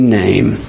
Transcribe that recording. name